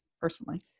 personally